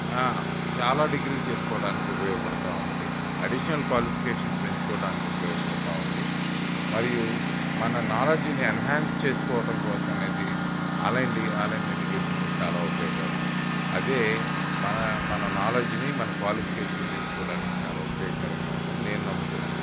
చాలా డిగ్రీలు చేసుకోవటానికి ఉపయోగపడతా ఉంది అడిషనల్ క్వాలిఫికేషన్ పెంచుకోటానికి ఉపయోగపడతా ఉంది మరియు మన నాలెడ్జ్ని ఎన్హ్యాన్స్ చేసుకోవటం కోసం అనేది ఆన్లైన్ ఎడ్యుకేషన్ అనేది చాలా ఉపయోగకరం అదే మన మన నాలెడ్జ్ని మన క్వాలిఫికేషన్ పెంచుకోవడానికి చాలా ఉపయోగకరంగా ఉంది నేను నమ్ముతున్నాను